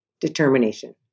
determination